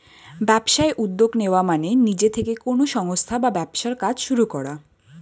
ব্যবসায় উদ্যোগ নেওয়া মানে নিজে থেকে কোনো সংস্থা বা ব্যবসার কাজ শুরু করা